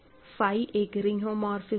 phi एक ring homomorphism है